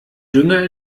dünger